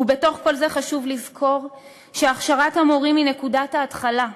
ובתוך כל זה חשוב לזכור שהכשרת המורים היא נקודת ההתחלה,